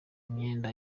imyenda